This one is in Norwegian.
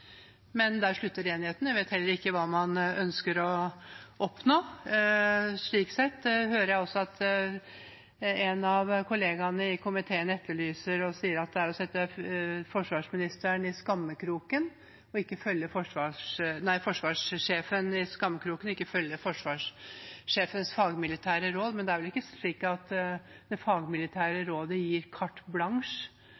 Men der slutter enigheten. Jeg vet heller ikke hva man ønsker å oppnå. Jeg hører også at en av kollegaene i komiteen sier at det er å sette forsvarssjefen i skammekroken ikke å følge forsvarssjefens fagmilitære råd. Men det er vel ikke slik at det fagmilitære